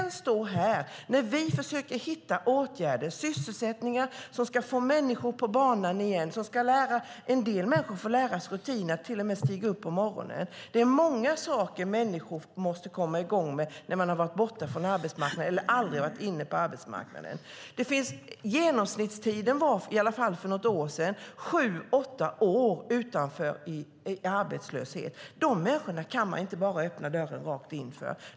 Nu försöker vi hitta åtgärder, sysselsättningar som ska få människor på banan igen - en del människor får till och med lära sig rutinen att stiga upp på morgonen, för det är mycket man måste komma i gång med när man har varit borta från arbetsmarknaden eller aldrig varit inne på den. Genomsnittstiden var i alla fall för något år sedan sju åtta år i arbetslöshet. För de människorna kan man inte bara öppna dörren, rakt in.